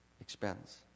expense